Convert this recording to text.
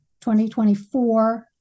2024